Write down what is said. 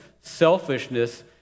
selfishness